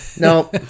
No